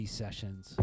sessions